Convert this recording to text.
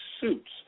suits